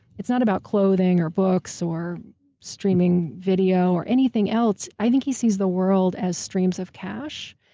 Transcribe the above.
it's not about clothing, or books, or streaming video, or anything else. i think he sees the world as streams of cash,